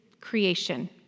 creation